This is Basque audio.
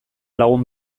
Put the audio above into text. lagun